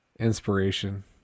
inspiration